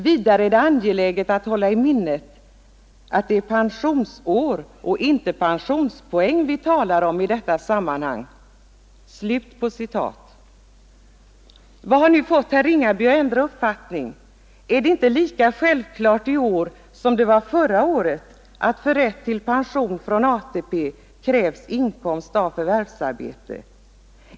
Vidare är det angeläget att hålla i minnet att det är pensionsår och inte pensionspoäng vi talar om i detta sammanhang.” Vad har nu fått herr Ringaby att ändra uppfattning? Är det inte lika självklart i år som det var förra året att för rätt till pension från ATP krävs inkomst av förvärvsarbete?